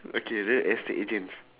okay real estate agents